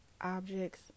objects